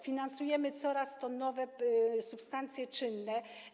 Finansujemy coraz to nowe substancje czynne.